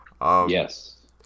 yes